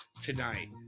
tonight